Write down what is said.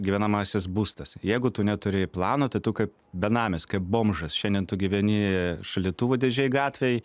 gyvenamasis būstas jeigu tu neturi plano tai tu kaip benamis kaip bomžas šiandien tu gyveni šaldytuvo dėžėj gatvėj